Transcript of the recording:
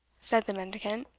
said the mendicant,